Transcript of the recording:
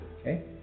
okay